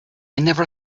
never